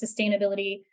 sustainability